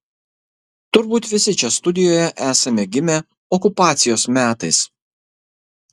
turbūt visi čia studijoje esame gimę okupacijos metais